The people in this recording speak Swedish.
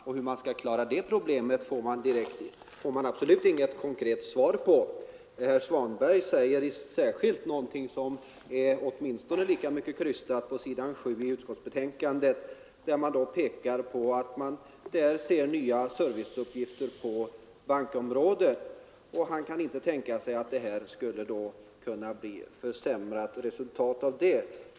Och hur det problemet skall klaras får vi inget konkret svar på. Herr Svanberg säger någonting som är än mer krystat, på s. 7 i utskottsbetänkandet, där det pekas på att man ser nya serviceuppgifter på bankområdet, och herr Svanberg kan inte tänka sig att det skulle kunna bli fråga om ett försämrat resultat.